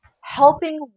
helping